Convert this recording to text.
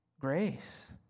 grace